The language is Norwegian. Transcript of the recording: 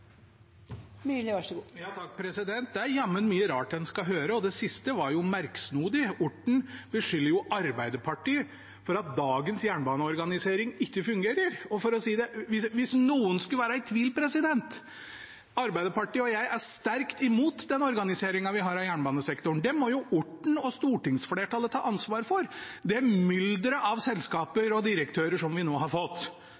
er jammen mye rart en skal høre, og det siste var jo merksnodig. Orten legger skylden på Arbeiderpartiet for at dagens jernbaneorganisering ikke fungerer. Hvis noen skulle være i tvil: Arbeiderpartiet og jeg er sterkt imot den organiseringen vi har av jernbanesektoren. Det mylderet av selskaper og direktører som vi nå har fått, må Orten og stortingsflertallet ta ansvaret for. Det